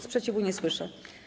Sprzeciwu nie słyszę.